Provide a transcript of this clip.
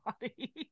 body